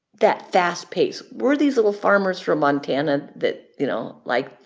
that fast pace. we're these little farmers from montana that, you know, like,